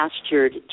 pastured